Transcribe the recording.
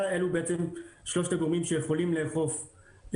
יעידו על זה בני והחברים שם שאני נתתי שם הופעה מאוד